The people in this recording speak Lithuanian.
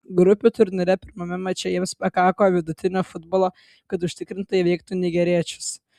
grupių turnyre pirmame mače jiems pakako vidutinio futbolo kad užtikrintai įveiktų nigeriečius